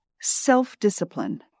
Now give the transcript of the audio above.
self-discipline